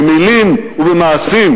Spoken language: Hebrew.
במלים ובמעשים,